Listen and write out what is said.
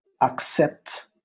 accept